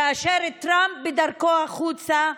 כאשר טראמפ בדרכו החוצה,